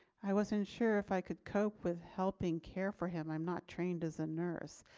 i wasn't sure if i could cope with helping care for him. i'm not trained as a nurse,